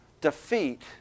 defeat